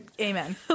Amen